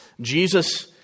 Jesus